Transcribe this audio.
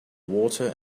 water